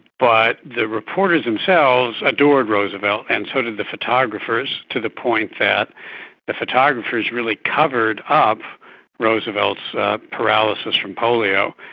but the reporters themselves adored roosevelt and so did the photographers, to the point that the photographers really covered up roosevelt's paralysis from polio,